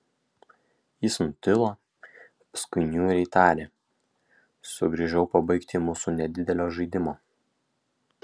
jis nutilo paskui niūriai tarė sugrįžau pabaigti mūsų nedidelio žaidimo